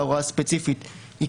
אתם חקרתם את זה?